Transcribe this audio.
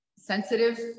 sensitive